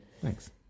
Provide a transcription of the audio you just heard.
Thanks